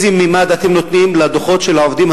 היא איזה ממד אתם נותנים לדוחות של העובדים